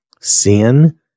sin